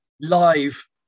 live